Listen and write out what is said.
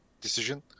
decision